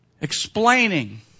Explaining